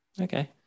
Okay